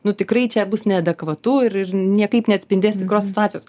nu tikrai čia bus neadekvatu ir ir niekaip neatspindės tikros situacijos